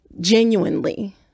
genuinely